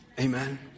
Amen